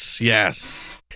Yes